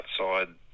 outside